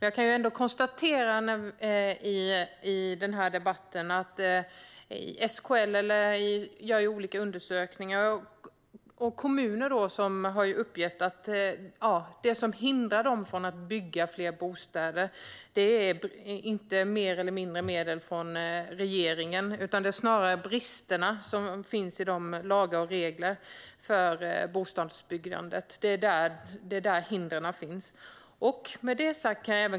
Jag konstaterar dock att SKL gör olika undersökningar, och då har kommuner uppgett att det som hindrar dem från att bygga fler bostäder inte är mer eller mindre medel från regeringen utan snarare de brister som finns i de lagar och regler som gäller bostadsbyggande. Det är där hindren finns.